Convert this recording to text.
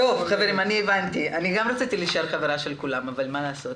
אני גם רציתי להישאר חברה של כולם, אבל מה לעשות.